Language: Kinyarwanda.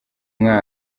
mwaka